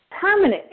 permanent